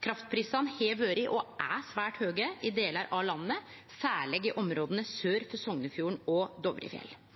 Kraftprisane har vore og er svært høge i delar av landet, særleg i områda sør for Sognefjorden og Dovrefjell.